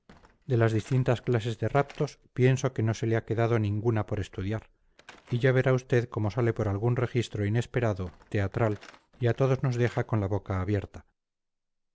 de las distintas clases de raptos pienso que no se le ha quedado ninguna por estudiar y ya verá usted cómo sale por algún registro inesperado teatral y a todos nos deja con la boca abierta